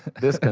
this and